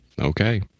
okay